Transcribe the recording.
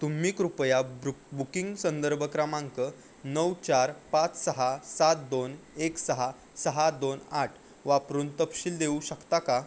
तुम्ही कृपया ब्रु बुकिंग संदर्भ क्रमांक नऊ चार पाच सहा सात दोन एक सहा सहा दोन आठ वापरून तपशील देऊ शकता का